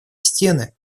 стены